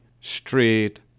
straight